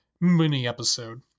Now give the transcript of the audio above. mini-episode